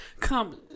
Come